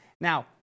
Now